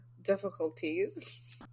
difficulties